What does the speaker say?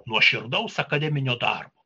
nuoširdaus akademinio darbo